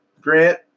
Grant